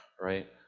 right